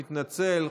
מתנצל.